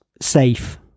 safe